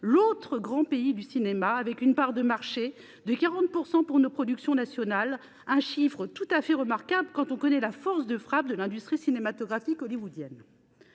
l’autre grand pays du cinéma. La part de marché de nos productions nationales y est de 40 %, chiffre tout à fait remarquable quand on connaît la force de frappe de l’industrie cinématographique hollywoodienne.